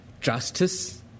justice